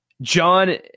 John